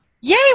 Yay